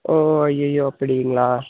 ஓ ஐயய்யோ அப்படிங்களா